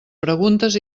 preguntes